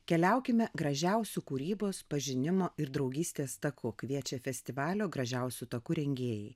keliaukime gražiausiu kūrybos pažinimo ir draugystės taku kviečia festivalio gražiausiu taku rengėjai